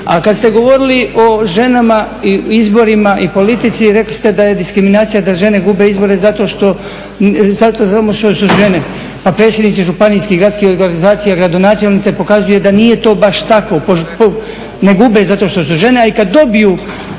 A kada ste govorili o ženama i izborima i politici rekli ste da je diskriminacija da žene gube izbore zato samo što su žene. Pa predsjednici županijskih i gradskih organizacija gradonačelnice pokazuje da nije to baš tako, ne gube zato što su žene, a i kada dobiju